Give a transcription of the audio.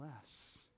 less